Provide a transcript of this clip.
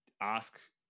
ask